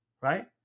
right